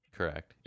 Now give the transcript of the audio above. Correct